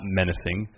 menacing